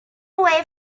way